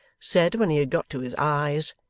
said when had got to his eyes,